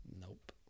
Nope